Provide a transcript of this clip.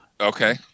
Okay